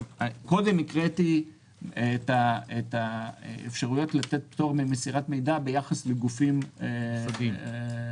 קודם הקראתי את האפשרויות לתת פטור ממסירת מידע ביחס לגופים מוסדיים.